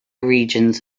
regions